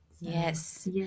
Yes